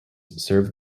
serve